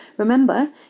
Remember